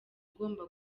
ugomba